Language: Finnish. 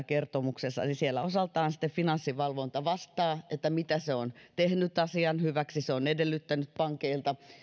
kertomuksessa niin siellä osaltaan sitten finanssivalvonta vastaa mitä se on tehnyt asian hyväksi se on edellyttänyt pankeilta